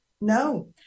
no